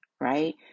right